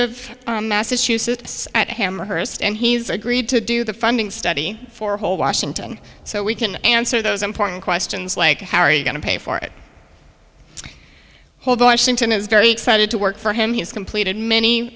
of massachusetts at amherst and he's agreed to do the funding study for a whole washington so we can answer those important questions like how are you going to pay for it hold washington is very excited to work for him he has completed many